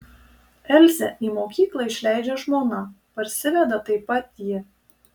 elzę į mokyklą išleidžia žmona parsiveda taip pat ji